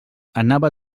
anava